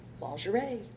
Lingerie